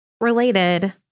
Related